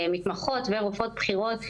מתמחות ורופאות בכירות,